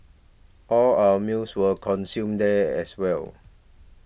all our meals were consumed there as well